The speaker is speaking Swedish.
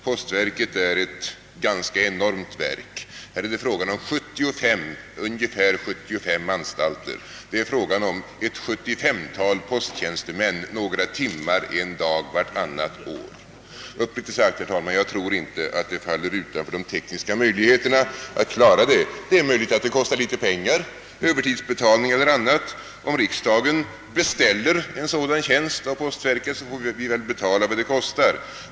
Postverket är ett enormt verk. Här är det fråga om ungefär 75 anstalter. Det behövs alltså ett 75-tal posttjänstemän några timmar en dag vartannat år. Uppriktigt sagt, herr talman, tror jag inte att det faller utanför de tekniska möjligheternas ram att klara det. Det är möjligt att det kostar litet pengar i form av Öövertidsbetalning etc. Om riksdagen beställer en sådan tjänst av postverket får den betala vad det kostar.